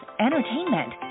entertainment